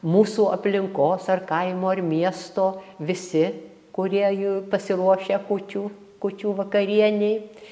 mūsų aplinkos ar kaimo ar miesto visi kurie jų pasiruošę kūčių kūčių vakarienei